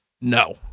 No